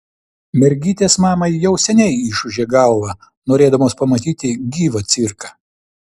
mergytės mamai jau seniai išūžė galvą norėdamos pamatyti gyvą cirką